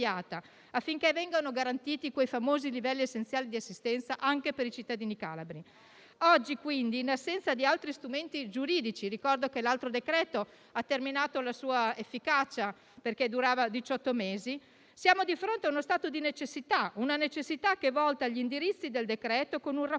affinché vengano garantiti quei famosi livelli essenziali di assistenza anche per i cittadini calabri. Oggi, quindi, in assenza di altri strumenti giuridici - ricordo che l'altro decreto ha terminato la sua efficacia perché durava diciotto mesi - siamo di fronte a uno stato di necessità, che è considerato dagli indirizzi del decreto con un rafforzamento